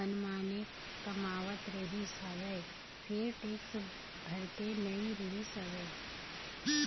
मनमाने कमावत रिहिस हवय फेर टेक्स भरते नइ रिहिस हवय